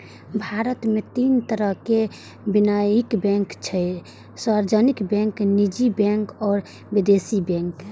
भारत मे तीन तरहक वाणिज्यिक बैंक छै, सार्वजनिक बैंक, निजी बैंक आ विदेशी बैंक